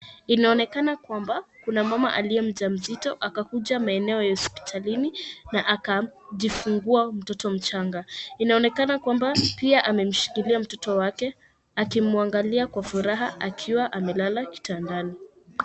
Inaonekana kwamba kuna mama aliyemjamzito amekuja maeneo ya hospitalini na akajifungua mtoto mchanga. Inaonekana kwamba pia amemshikilia mtoto wake akimwangalia kwa furaha akiwa amelala kitandani.